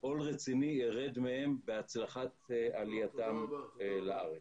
עול רציני ירד מהם בהצלחת עלייתם לארץ.